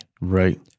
Right